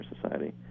Society